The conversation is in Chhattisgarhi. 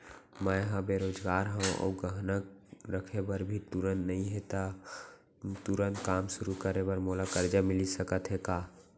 मैं ह बेरोजगार हव अऊ गहना रखे बर भी तुरंत नई हे ता तुरंत काम शुरू करे बर मोला करजा मिलिस सकत हे का?